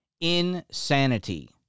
insanity